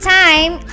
time